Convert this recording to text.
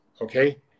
Okay